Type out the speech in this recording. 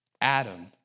Adam